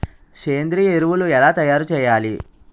సేంద్రీయ ఎరువులు ఎలా తయారు చేయాలి?